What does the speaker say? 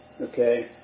Okay